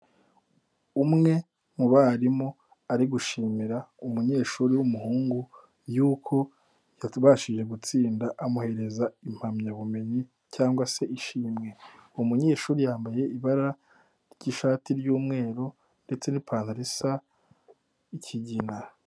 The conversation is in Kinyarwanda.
Umwe mu barimu ari gushimira umunyeshuri w'umuhungu yuko yabashije gutsinda, amuhereza impamyabumenyi cyangwa se ishimwe. Uwo munyeshuri yambaye ibara ry'ishati ry'umweru ndetse n'ipantaro isa ikigina.